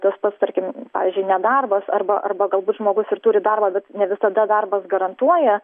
tas pats tarkim pavyzdžiui nedarbas arba arba galbūt žmogus ir turi darbą bet ne visada darbas garantuoja